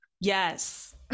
yes